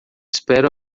espero